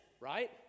right